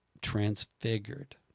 Transfigured